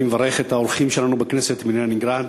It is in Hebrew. אני מברך את האורחים שלנו בכנסת מלנינגרד.